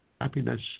happiness